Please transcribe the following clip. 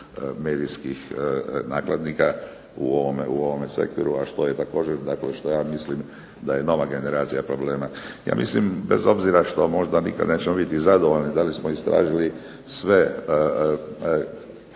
medijskih nakladnika u ovome sektoru, što je također što ja mislim da je nova generacija problema. Ja mislim bez obzira što nikada nećemo biti zadovoljni da li smo istražili sve slučajeve